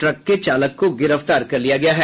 truck के चालक को गिरफ्तार कर लिया गया है